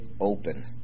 open